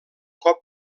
cop